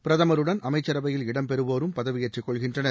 பிரதமாருடன் அமைச்சரவையில் இடம் பெறு வோரு ம் பதவியேற் று க்கொள்கின்றனர்